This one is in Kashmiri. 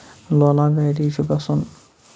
لولاب ویلی چھُ گژھُن